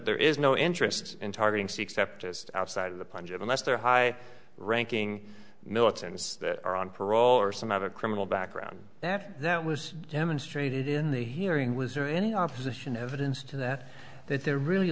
there is no interest in targeting c except just outside of the punjab unless there are high ranking militants or on parole or some other criminal background that that was demonstrated in the hearing was there any opposition evidence to that that they're really